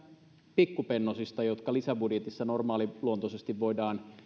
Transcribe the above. pikkupennosista jotka lisäbudjetissa normaaliluontoisesti voidaan